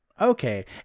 okay